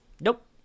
nope